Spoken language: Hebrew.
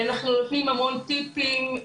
אנחנו נותנים המון טיפים,